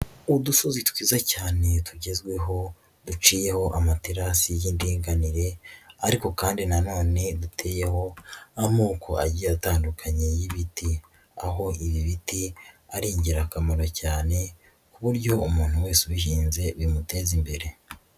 Udusozi twiza cyane tugezweho duciyeho amaterasi y'indinganire ariko kandi nanone duteyeho amoko agiye atandukanye y'ibiti, aho ibi biti ari ingirakamaro cyane ku buryo umuntu wese ubihinze bimuteza imbere.